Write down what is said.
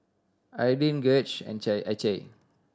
Ardyce Gauge and